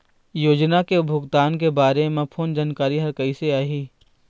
योजना के भुगतान के बारे मे फोन जानकारी हर कइसे आही?